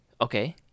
Okay